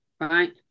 Right